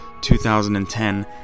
2010